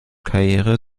karriere